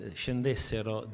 scendessero